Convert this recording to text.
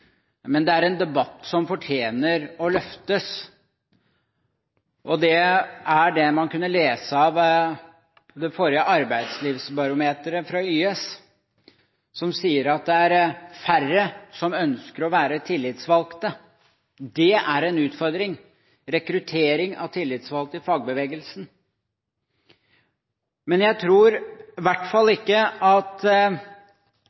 men det er en debatt som fortjener å løftes. Det dreier seg om det man kunne lese av det forrige arbeidslivsbarometeret fra YS, som sier at det er færre som ønsker å være tillitsvalgt. Rekruttering av tillitsvalgte i fagbevegelsen er en utfordring. Jeg tror i hvert fall